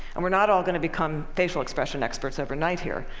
and we're not all going to become facial expression experts overnight here,